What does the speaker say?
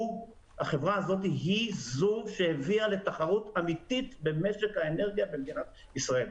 היא זו שהביאה לתחרות אמיתית במשק האנרגיה במדינת ישראל,